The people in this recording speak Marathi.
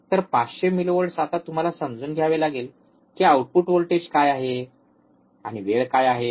तर ५०० मिलीव्होल्ट्स आता तुम्हाला समजून घ्यावे लागेल की आउटपुट व्होल्टेज काय आहे आणि वेळ काय आहे